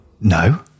no